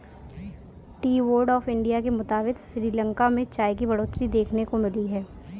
T board of India के मुताबिक़ श्रीलंका में चाय की बढ़ोतरी देखने को मिली है